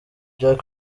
jack